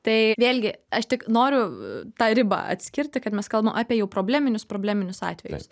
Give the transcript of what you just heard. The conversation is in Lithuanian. tai vėlgi aš tik noriu tą ribą atskirti kad mes kalbam apie jau probleminius probleminius atvejus